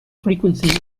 frequency